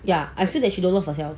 ya I feel that she don't love herself